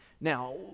Now